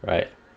right